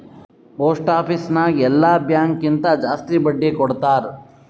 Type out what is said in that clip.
post office ನಾಗ್ ಎಲ್ಲಾ bank ಕಿಂತಾ ಜಾಸ್ತಿ ಬಡ್ಡಿ ಕೊಡ್ತಾರ್